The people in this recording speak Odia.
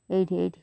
ଏଇଠି ଏଇଠି